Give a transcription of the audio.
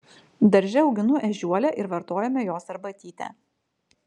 darže auginu ežiuolę ir vartojame jos arbatytę